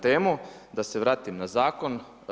temu, da se vratim na zakon.